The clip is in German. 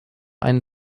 einen